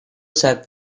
sat